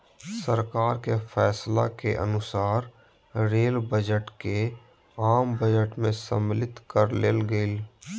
सरकार के फैसला के अनुसार रेल बजट के आम बजट में सम्मलित कर लेल गेलय